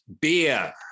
beer